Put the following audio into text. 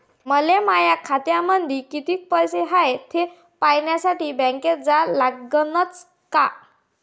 मले माया खात्यामंदी कितीक पैसा हाय थे पायन्यासाठी बँकेत जा लागनच का?